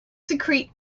secrete